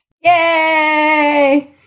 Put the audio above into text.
Yay